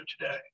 today